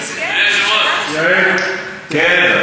אדוני היושב-ראש, כן.